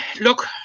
look